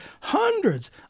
hundreds